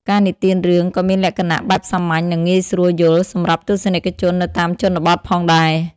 ការនិទានរឿងក៏មានលក្ខណៈបែបសាមញ្ញនិងងាយស្រួលយល់សម្រាប់ទស្សនិកជននៅតាមជនបទផងដែរ។